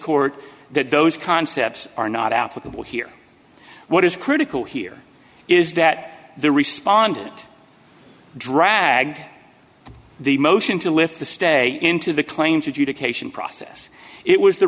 court that those concepts are not applicable here what is critical here is that the respondent dragged the motion to lift the stay into the claims are due to cation process it was the